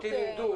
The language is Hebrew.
אותי לימדו,